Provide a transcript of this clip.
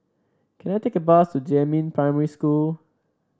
can I take a bus to Jiemin Primary School